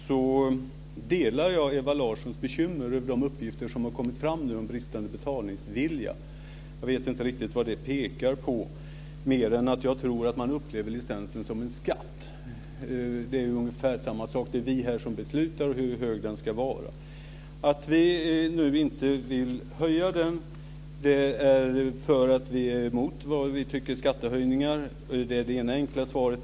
Jag delar Ewa Larssons bekymmer över de uppgifter som har kommit fram om bristande betalningsvilja. Jag vet inte riktigt vad det pekar på mer än att jag tror att man upplever licensen som en skatt. Det är ungefär samma sak. Det är vi här som beslutar om hur hög den ska vara. Att vi nu inte vill höja den beror på att vi är emot vad vi tycker är skattehöjningar. Det är det ena enkla svaret.